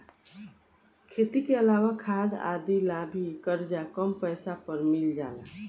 खेती के अलावा खाद आदि ला भी करजा कम पैसा पर मिल जाला